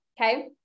Okay